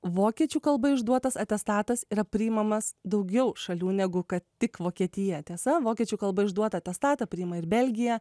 vokiečių kalba išduotas atestatas yra priimamas daugiau šalių negu kad tik vokietija tiesa vokiečių kalba išduotą atestatą priima ir belgija